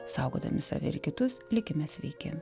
saugodami save ir kitus likime sveiki